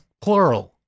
plural